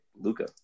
Luca